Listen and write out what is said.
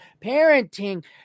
parenting